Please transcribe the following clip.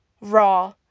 raw